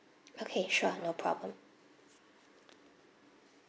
okay sure no problem